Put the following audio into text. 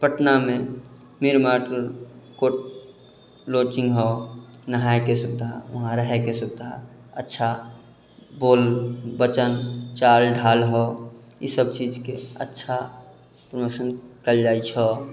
पटनामे रॉचिंग हऽ नहायके सुविधा वहाँ रहयके सुविधा अच्छा बोल वचन चाल ढाल हऽ ईसभचीजके अच्छा प्रमोशन कयल जाइत छह